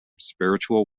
spiritual